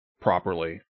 properly